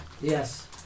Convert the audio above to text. Yes